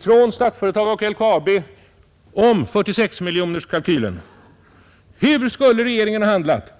från Statsföretag och LKAB om 46-miljonerskalkylen. Hur skulle regeringen ha handlat?